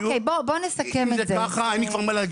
בוא נסכם את זה --- אם זה ככה אין לי מה להגיד.